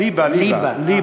ליבה, ליבה.